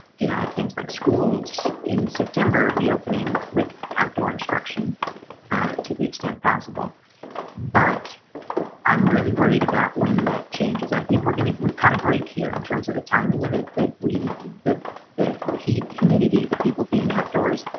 you know have things like schools in september reopening with outdoor instruction, ah to the extent possible but i'm really worried about when that changes. i think we're gonna we caught a break here in terms of the timing of it that we the the the heat humidity the people being outdoors.